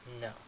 No